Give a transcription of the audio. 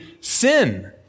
sin